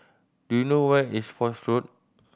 do you know where is Foch Road